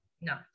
no